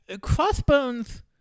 Crossbones